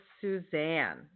Suzanne